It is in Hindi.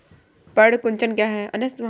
पर्ण कुंचन क्या है?